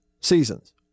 seasons